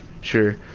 Sure